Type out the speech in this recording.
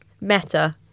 Meta